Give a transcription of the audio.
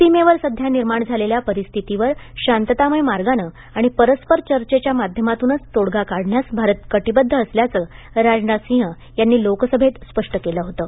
सीमेवर सध्या निर्माण झालेल्या परिस्थितीवर शांततामय मार्गाने आणि परस्पर चर्चेच्या माध्यमातूनच तोडगा काढण्यास भारत कटिबद्ध असल्याचं राजनाथसिंह यांनी लोकसभेत स्पष्ट केलं होतं